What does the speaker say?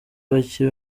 bake